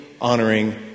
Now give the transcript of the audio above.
honoring